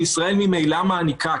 שישראל ממילא מעניקה,